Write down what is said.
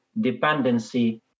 dependency